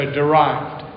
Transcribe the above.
derived